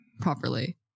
Properly